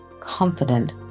Confident